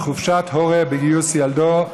חופשת הורה בגיוס ילדו),